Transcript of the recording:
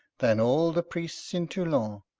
than all the priests in toulon.